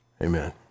amen